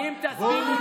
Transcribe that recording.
היא תסביר,